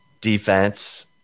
defense